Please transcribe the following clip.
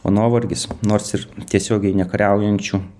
o nuovargis nors ir tiesiogiai nekariaujančių